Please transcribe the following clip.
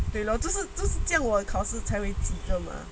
对 lor 就是就是这样我考试才会及格 mah